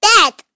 Dad